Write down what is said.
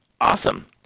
awesome